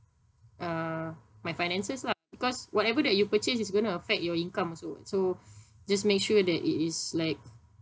uh my finances lah because whatever that you purchase is gonna affect your income also [what] so just make sure that it is like